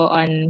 on